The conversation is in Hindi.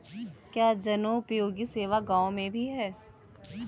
क्या जनोपयोगी सेवा गाँव में भी है?